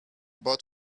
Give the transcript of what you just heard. but